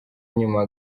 nyuma